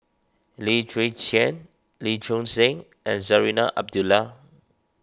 Lim Chwee Chian Lee Choon Seng and Zarinah Abdullah